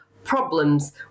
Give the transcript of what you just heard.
problems